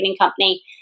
company